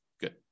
Good